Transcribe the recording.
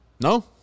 No